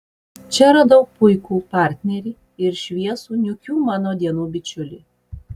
čia radau puikų partnerį ir šviesų niūkių mano dienų bičiulį